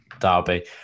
derby